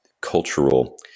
cultural